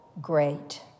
great